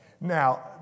Now